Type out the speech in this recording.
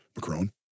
Macron